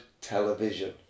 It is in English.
television